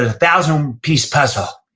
ah thousand um piece puzzle,